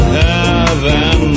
heaven